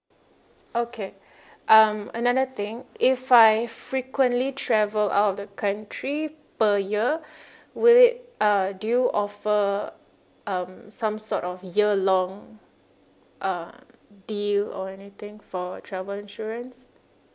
okay um another thing if I frequently travel out of the country per year will it uh do you offer um some sort of year long uh deal or anything for travel insurance